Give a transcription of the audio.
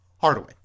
Hardaway